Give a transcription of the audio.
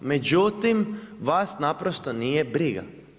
Međutim vas naprosto nije briga.